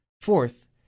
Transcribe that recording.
Fourth